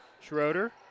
Schroeder